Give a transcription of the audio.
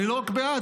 אני לא רק בעד,